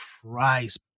Christ